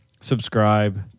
subscribe